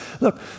Look